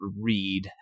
read